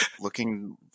looking